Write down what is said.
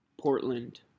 Portland